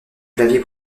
clavier